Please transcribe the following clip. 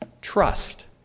trust